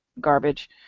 garbage